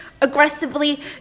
aggressively